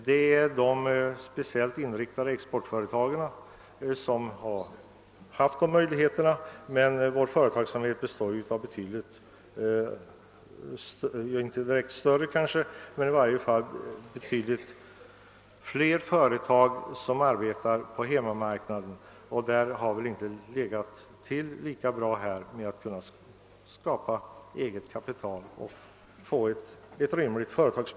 De företag som är speciellt inriktade på export har haft sådana möjligheter, men för de betydligt flera företag som arbetar på hemmamarknaden har det inte varit lika lätt att skapa eget kapital i rimlig utsträckning.